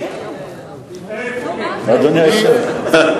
אדוני היושב-ראש.